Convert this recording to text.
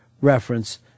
reference